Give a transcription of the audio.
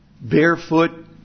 barefoot